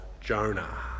Jonah